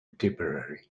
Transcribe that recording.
tipperary